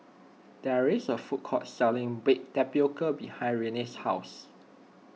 there is a food court selling Baked Tapioca behind Reina's house